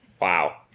Wow